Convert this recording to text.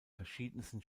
verschiedensten